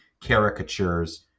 caricatures